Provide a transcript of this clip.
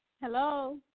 Hello